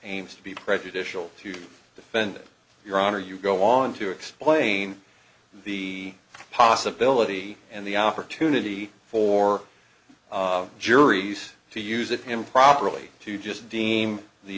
aims to be prejudicial to defend your honor you go on to explain the possibility and the opportunity for juries to use it improperly to just deem the